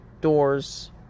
doors